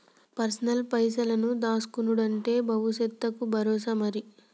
personal పైనాన్సుల దాస్కునుడంటే బవుసెత్తకు బరోసా మరి